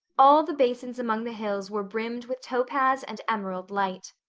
all the basins among the hills were brimmed with topaz and emerald light.